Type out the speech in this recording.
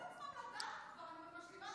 שידברו את עצמם לדעת.